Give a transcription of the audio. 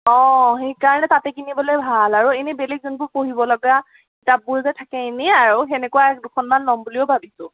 অঁ সেইকাৰণে তাতে কিনিবলৈ ভাল আৰু এনেই বেলেগ যোনবোৰ পঢ়িবলগা কিতাপবোৰ যে থাকে এনেই আৰু সেনেকুৱা দুখনমান ল'ম বুলিও ভাবিছোঁ